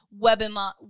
webinar